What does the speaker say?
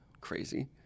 crazy